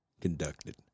conducted